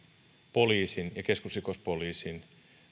poliisin ja keskusrikospoliisin